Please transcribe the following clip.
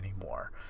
anymore